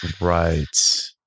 Right